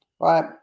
right